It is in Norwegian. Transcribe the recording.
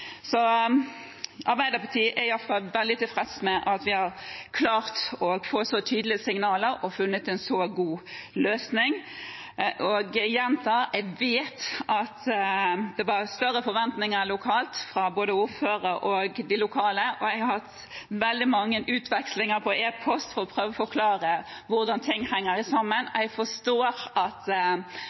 Arbeiderpartiet er iallfall veldig tilfreds med at vi har klart å få så tydelige signaler og funnet en så god løsning. Og jeg gjentar: Jeg vet at det var større forventninger lokalt, fra både ordfører og de lokale, og jeg har hatt veldig mange utvekslinger på e-post for å prøve å forklare hvordan ting henger sammen, og jeg forstår at